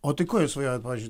o tai kuo jūs svajojot pavyzdžiui